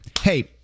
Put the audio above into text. Hey